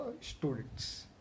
students